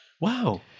Wow